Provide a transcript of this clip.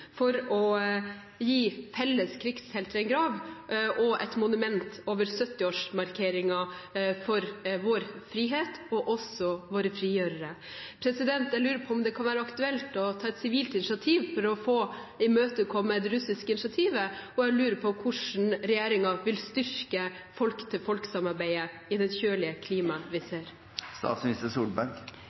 for å gi felles krigshelter en grav og et monument over 70-årsmarkeringen for vår frihet og våre frigjørere. Jeg lurer på om det kan være aktuelt å ta et sivilt initiativ for å imøtekomme det russiske initiativet, og jeg lurer på hvordan regjeringen vil styrke folk-til-folk-samarbeidet i det kjølige klimaet vi